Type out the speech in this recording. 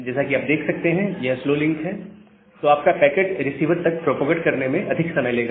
जैसा कि आप देख सकते हैं यह लिंक स्लो है तो आप का पैकेट रिसीवर तक प्रोपागेट करने में अधिक समय लेगा